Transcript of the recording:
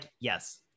yes